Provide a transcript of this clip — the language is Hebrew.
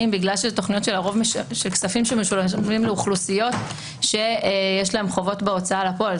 מכיוון שאלה כספים של אוכלוסיות שיש להם חובות בהוצאה לפועל.